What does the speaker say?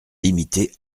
limitée